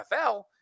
NFL